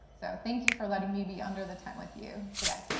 so, thank you for letting me be under the time with you today